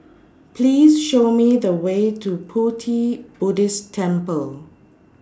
Please Show Me The Way to Pu Ti Buddhist Temple